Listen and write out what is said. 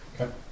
Okay